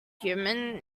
human